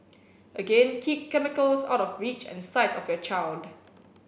again keep chemicals out of reach and sight of your child